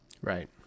Right